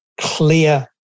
clear